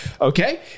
Okay